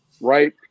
Right